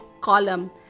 column